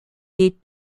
des